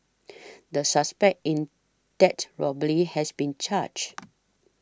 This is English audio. the suspect in that robbery has been charged